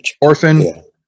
orphan